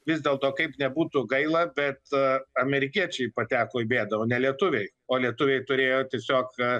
vis dėlto kaip bebūtų gaila bet amerikiečiai pateko į bėdą o ne lietuviai o lietuviai turėjo tiesiog